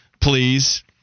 Please